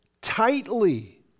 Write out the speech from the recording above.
tightly